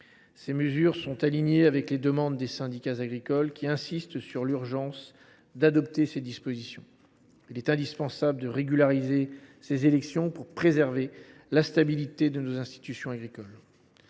Ces mesures sont conformes aux demandes des syndicats agricoles, qui insistent sur l’urgence de les adopter. Il est indispensable de régulariser ces élections pour préserver la stabilité de nos institutions agricoles.